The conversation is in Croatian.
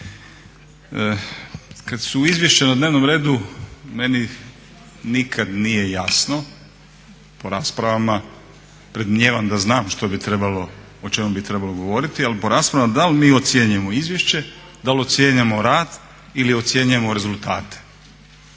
Kad su izvješća na dnevnom redu meni nikad nije jasno po raspravama, predmnijevam da znam što bi trebalo, o čemu bi trebalo govoriti ali po raspravama da li mi ocjenjujemo izvješće, da li ocjenjujemo rad ili ocjenjujemo rezultate